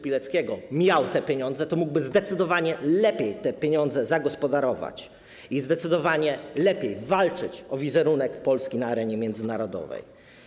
Pileckiego miał chociażby te pieniądze, mógłby zdecydowanie lepiej nimi zagospodarować i zdecydowanie lepiej walczyć o wizerunek Polski na arenie międzynarodowej.